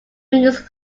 fingers